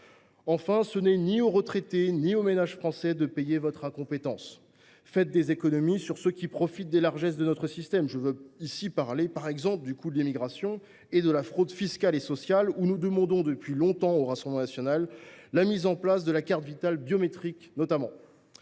Enfin, ce n’est ni aux retraités ni aux ménages français de payer votre incompétence. Faites des économies sur ceux qui profitent des largesses de notre système : je parle, par exemple, du coût de l’immigration, ou encore de la fraude fiscale et sociale – nous demandons depuis longtemps, au Rassemblement national, notamment la mise en place de la carte Vitale biométrique.